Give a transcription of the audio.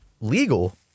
legal